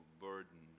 burden